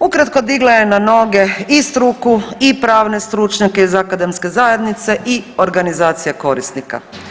ukratko digla je na nove i struku i pravne stručnjake iz akademske zajednice i organizacije korisnika.